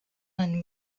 man